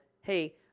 hey